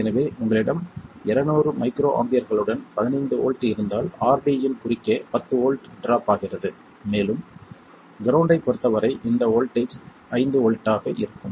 எனவே உங்களிடம் 200 மைக்ரோ ஆம்பியர்களுடன் 15 வோல்ட் இருந்தால் RD இன் குறுக்கே 10 வோல்ட் ட்ராப் ஆகிறது மேலும் கிரவுண்ட்டைப் பொறுத்தவரை இந்த வோல்ட்டேஜ் 5 வோல்ட்டாக இருக்கும்